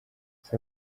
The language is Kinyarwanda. ese